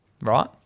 Right